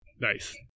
Nice